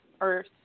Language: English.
Earth